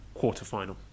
quarterfinal